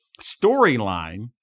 storyline